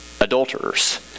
adulterers